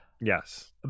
Yes